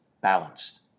balanced